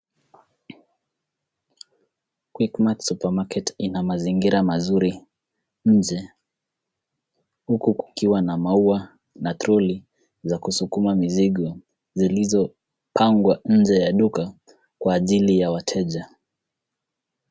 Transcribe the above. Quickmart supermarket ina mazingira mazuri nje, huku kukiwa na maua na troli za kusukuma mizigo zilizopangwa nje ya duka kwa ajili ya wateja.